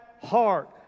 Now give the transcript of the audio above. Heart